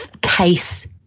case